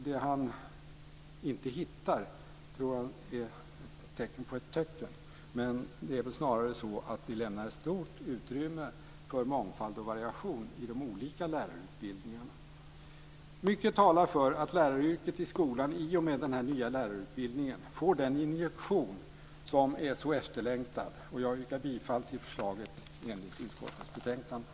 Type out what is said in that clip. Det som han inte hittar tror han är tecken på ett töcken, men det är väl snarare så att vi lämnar ett stort utrymme för mångfald och variation i de olika lärarutbildningarna. Mycket talar för att läraryrket i skolan i och med den nya lärarutbildningen får den injektion som är så efterlängtad. Jag yrkar bifall till utskottets förslag.